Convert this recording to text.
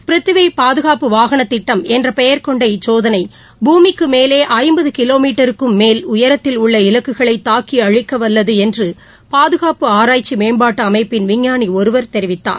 பிர்திவிபாதுகாப்பு வாகனத் திட்டம் என்றபெயர் கொண்ட இச்சோதனை பூமிக்குமேலேறுப்பதுகிலோமீட்டருக்கும் மேல் உயரத்தில் உள்ள இலக்குகளைதாக்கிஅழிக்கவல்லதுஎன்றபாதுகாப்பு ஆராய்ச்சிமேம்பாட்டுஅமைப்பின் விஞ்ஞானிஒருவர் தெரிவித்தார்